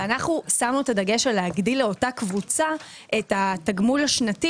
אנחנו שמנו את הדגש על הגדלת התגמול השנתי